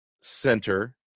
center